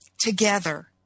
together